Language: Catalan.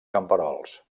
camperols